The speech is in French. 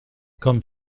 comme